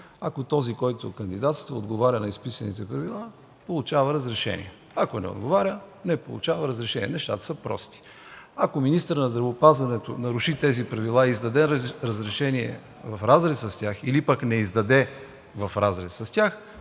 Този, който кандидатства, ако отговаря на изписаните правила, получава разрешение, ако не отговаря, не получава разрешение. Нещата са прости. Ако министърът на здравеопазването наруши тези правила и издаде разрешение в разрез с тях или пък не издаде разрешение